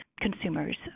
consumers